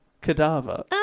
cadaver